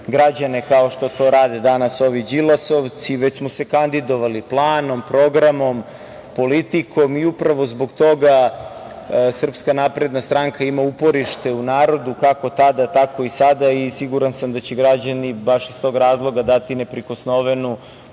građane kao što to rade danas ovi đilasovci, već smo se kandidovali planom, programom, politikom. Upravo zbog toga SNS ima uporište u narodu kako tada, tako i sada. Siguran sam da će građani baš iz tog razloga dati neprikosnovenu